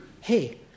hey